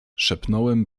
szepnąłem